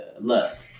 lust